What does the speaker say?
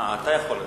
אה, אתה יכול להציע.